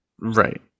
Right